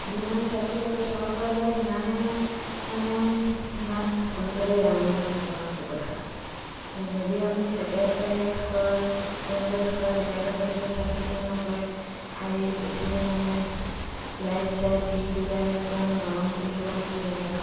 যিমান চাফ চিকুণকৈ থ'ব পৰা যায় সিমানে মানে সিহঁত সোনকালে ডাঙৰ দীঘল হ'ব আৰু সেইটো কথা যদি আপুনি লেতেৰা পেতেৰাকৈ থয় তেওঁলোকে থকা জেগাডোখৰ একো চাফ চিকুণ নকৰে সাৰি পুচি মানে লাইট চাইট দি পেলাই একদম গৰম কৰি থ'ব লাগিব জেগাডোখৰ